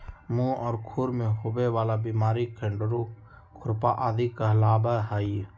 मुह और खुर में होवे वाला बिमारी खंडेरू, खुरपा आदि कहलावा हई